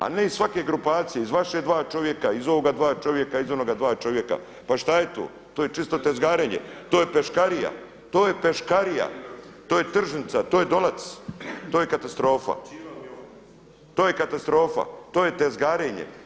A ne iz svake grupacije iz vaše dva čovjeka, iz ovoga dva čovjeka, iz onoga dva čovjeka pa šta je to, to je čisto tezgarenje, to je peškarija, to je peškarija, to je tržnica, to je Dolac, to je katastrofa, to je tezgarenje.